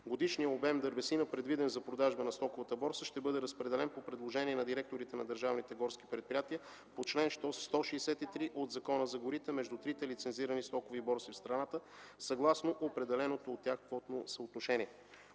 Годишният обем дървесина, предвиден за продажба на стоковата борса, ще бъде разпределен по предложение на директорите на държавните горски предприятия по чл. 163 от Закона за горите между трите лицензирани стокови борси в страната, съгласно определеното от тях квотно съотношение.